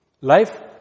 Life